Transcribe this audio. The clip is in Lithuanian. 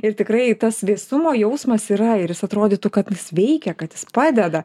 ir tikrai tas vėsumo jausmas yra ir jis atrodytų kad veikia kad jis padeda